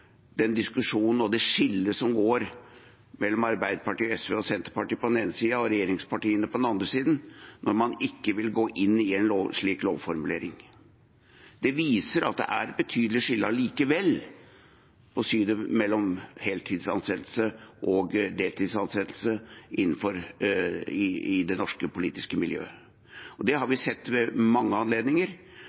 skillet som går mellom Arbeiderpartiet, SV og Senterpartiet på den ene siden og regjeringspartiene på den andre siden. Det viser at det allikevel er et betydelig skille i synet på heltidsansettelse og deltidsansettelse i det norske politiske miljøet. Det har vi sett ved mange anledninger. Nå har det ikke vært noen dramatisk utvikling av antallet deltidsansatte i Norge i det siste – det er det